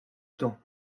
temps